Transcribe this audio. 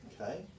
Okay